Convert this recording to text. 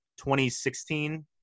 2016